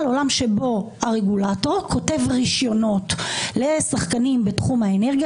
עולם שבו הרגולטור כותב רישיונות לשחקנים בתחום האנרגיה,